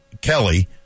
Kelly